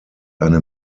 eine